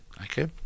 okay